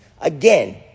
Again